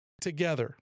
together